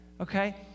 Okay